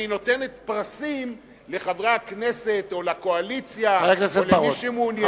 אני נותנת פרסים לחברי הכנסת או לקואליציה או למי שמעוניין,